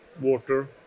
water